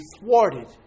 thwarted